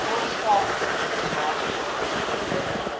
his voice faltered over those last words, and he said no more.